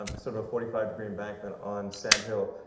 um sort of a forty five degree embankment on sand hill,